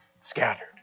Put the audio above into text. scattered